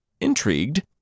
intrigued